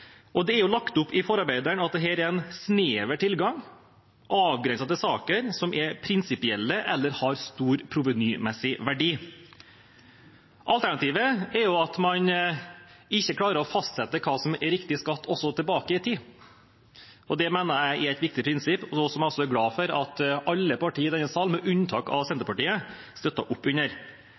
er det lagt opp til at dette skal være en snever tilgang, avgrenset til saker som er prinsipielle eller har stor provenymessig verdi. Alternativet er at man heller ikke klarer å fastsette hva som er riktig skatt tilbake i tid. Det mener jeg er et viktig prinsipp, noe som jeg også er glad for at alle partiene i denne salen, med unntak av Senterpartiet, støtter opp under.